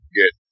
get